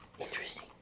Interesting